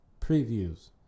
Previews